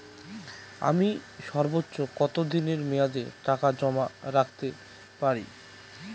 আমি সর্বোচ্চ কতদিনের মেয়াদে টাকা জমা রাখতে পারি?